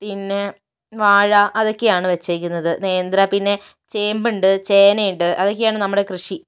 പിന്നെ വാഴ അതൊക്കെയാണ് വച്ചേക്കുന്നത് നേന്ത്ര പിന്നെ ചേമ്പുണ്ട് ചേനയുണ്ട് അതൊക്കെയാണ് നമ്മുടെ കൃഷി